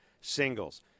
Singles